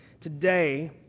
Today